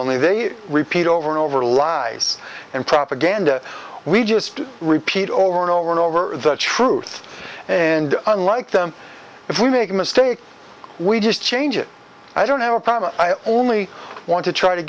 only they repeat over and over lies and propaganda we just repeat over and over and over the truth and unlike them if we make mistakes we just change it i don't have a problem i only want to try to